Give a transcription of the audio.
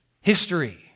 history